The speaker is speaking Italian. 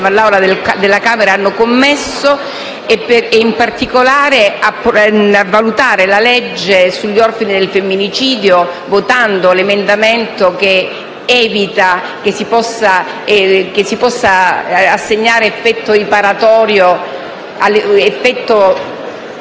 della Camera, ha commesso, e in particolare a valutare la legge sugli orfani nel femminicidio, votando l'emendamento che evita che si possa assegnare effetto riparatorio...